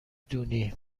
دونی